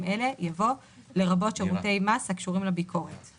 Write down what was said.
אלה" יבוא "לרבות שירותי מס הקשורים לביקורת";